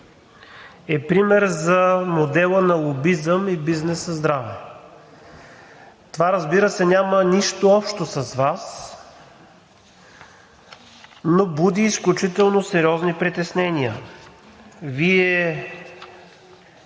е пример за модела на лобизъм и бизнес със здраве. Това, разбира се, няма нищо общо с Вас, но буди изключително сериозни притеснения. Вие